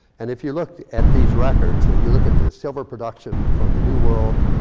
and if you looked at these records, ah you look at the silver production from the new world,